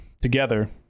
together